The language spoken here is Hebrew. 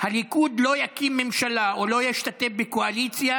הליכוד לא יקים ממשלה או לא ישתתף בקואליציה